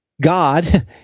God